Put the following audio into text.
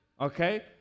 okay